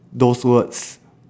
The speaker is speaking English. those words